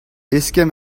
eskemm